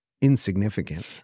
insignificant